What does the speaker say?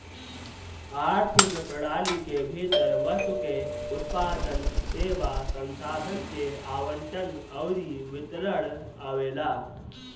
आर्थिक प्रणाली के भीतर वस्तु के उत्पादन, सेवा, संसाधन के आवंटन अउरी वितरण आवेला